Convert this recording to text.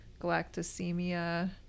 galactosemia